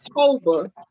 October